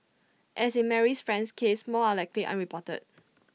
as in Marie's friend's case more are likely unreported